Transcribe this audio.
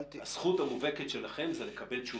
הזכות המובהקת שלהם היא לקבל תשובה.